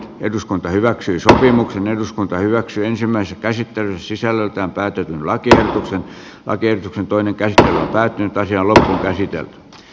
eduskunta hyväksyi sopimuksen eduskunta hyväksyi ensimmäisen käsittelyn sisällöltään päätyy kaikkiaan aker kertoi nykäistä tai pitäisi olla lakiehdotuksesta